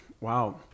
Wow